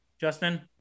Justin